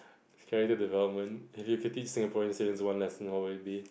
character development if you could teach Singaporeans one lesson what would it be